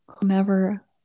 whomever